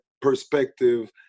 perspective